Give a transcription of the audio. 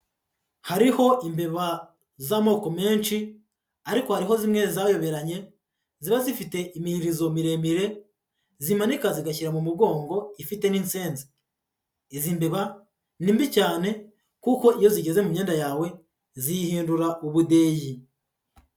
Hariho imbeba z'amoko menshi ariko hariho zimwe zayoberanye ziba zifite imirizo miremire zimanika zigashyira mu mugongo ifite n'insezi, izi mbeba ni mbi cyane kuko iyo zigeze mu myenda yawe ziyihindura ubudeyi.